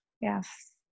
Yes